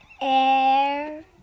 Air